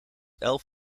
elf